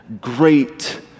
great